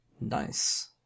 Nice